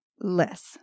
Less